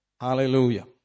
Hallelujah